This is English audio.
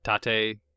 tate